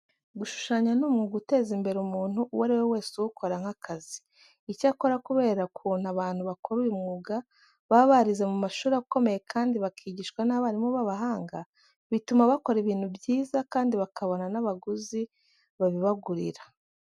Gushushanya ni umwuga uteza imbere umuntu uwo ari we wese uwukora nk'akazi. Icyakora kubera ukuntu abantu bakora uyu mwuga baba barize mu mashuri akomeye kandi bakigishwa n'abarimu b'abahanga, bituma bakora ibintu byiza kandi bakabona n'abaguzi babibagurira.